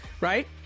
right